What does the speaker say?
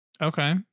Okay